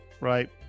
right